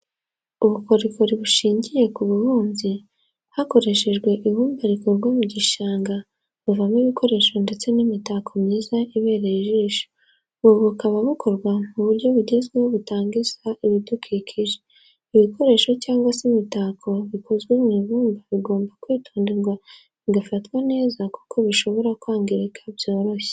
Ubukorikori bushingiye ku bubumbyi, hakoreshejwe ibumba rikurwa mu gishanga, buvamo ibikoresho ndetse n'imitako myiza ibereye ijisho, ubu bukaba bukorwa mu buryo bugezweho butangiza ibidukikije, ibikoresho cyangwa se imitako bikozwe mu ibumba bigomba kwitonderwa bigafatwa neza kuko bishobora kwangirika byoroshye.